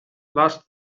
last